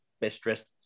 best-dressed